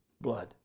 blood